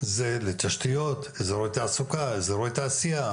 זה לתשתיות, אזורי תעסוקה, אזורי תעשייה.